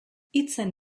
hitzen